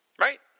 Right